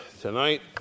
tonight